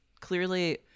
clearly